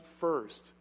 first